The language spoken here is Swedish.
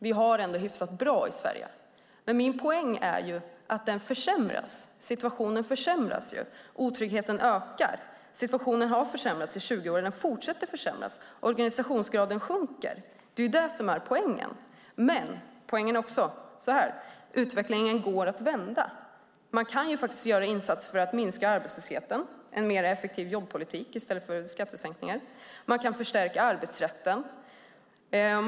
Vi har det ändå hyfsat bra i Sverige. Men min poäng är att situationen försämras och otryggheten ökar. Situationen har försämrats i 20 år, och den fortsätter att försämras, och organisationsgraden sjunker. Men poängen är också att utvecklingen går att vända. Man kan ju faktiskt göra insatser för att minska arbetslösheten - en mer effektiv jobbpolitik i stället för skattesänkningar. Man kan förstärka arbetsrätten.